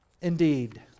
Indeed